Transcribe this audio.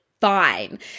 fine